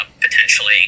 potentially